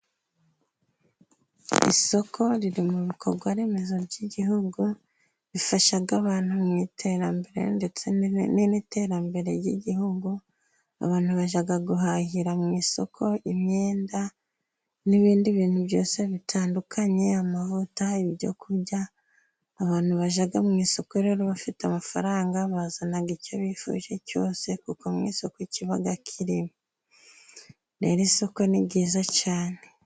Isoko riri mu bikorwaremezo by'igihugu bifasha abantu mu iterambere, ndetse n'iterambere ry'igihugu, abantu bajya guhahira mu isoko imyenda n'ibindi bintu byose bitandukanye ,amavuta, ibyo kurya. Abantu bajya mu isoko rero bafite amafaranga bazana icyo bifuje cyose ,kuko mu isoko kiba kiriyo, rero isoko ni ryiza cyane.